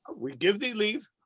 we give thee leave.